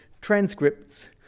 transcripts